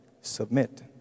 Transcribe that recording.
Submit